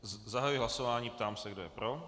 Zahajuji hlasování a ptám se, kdo je pro.